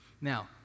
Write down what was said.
Now